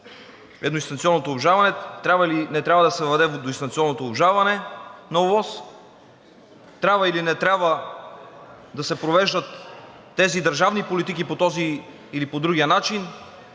едноинстанционното обжалване; трябва или не трябва да се въведе двуинстанционното обжалване на ОВОС; трябва или не трябва да се провеждат тези държавни политики по този или по другия начин;